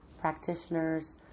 practitioners